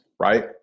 Right